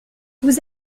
vous